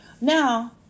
Now